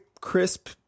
crisp